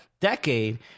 decade